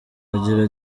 agira